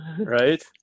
Right